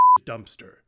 Dumpster